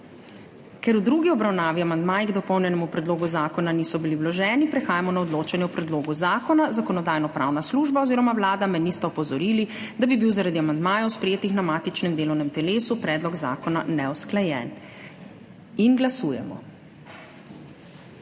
Ker v drugi obravnavi amandmaji k dopolnjenemu predlogu zakona niso bili vloženi, prehajamo na odločanje o predlogu zakona. Zakonodajno-pravna služba oziroma Vlada me nista opozorili, da bi bil zaradi amandmajev, sprejetih na matičnem delovnem telesu, predlog zakona neusklajen. Glasujemo.